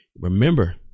remember